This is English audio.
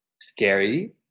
scary